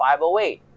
508